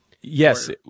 Yes